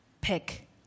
pick